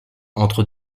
entre